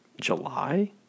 July